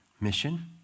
mission